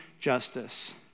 Justice